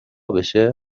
بشه